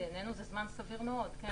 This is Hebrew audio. בעינינו זה זמן סביר מאוד, כן.